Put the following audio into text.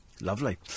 Lovely